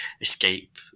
escape